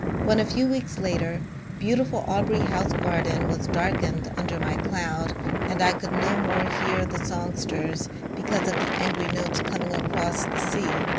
when a few weeks later beautiful aubrey house garden was darkened under my cloud and i could no more hear the songsters because of the angry notes coming across the sea,